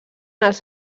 els